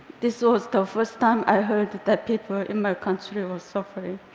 this was the first time i heard that that people in my country were suffering.